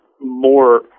more